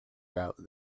route